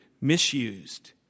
misused